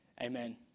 Amen